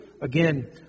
again